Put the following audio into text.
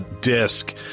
disc